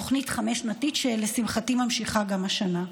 תוכנית חמש-שנתית שלשמחתי ממשיכה גם השנה.